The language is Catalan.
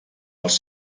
els